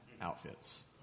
outfits